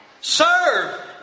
Serve